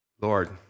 Lord